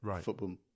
football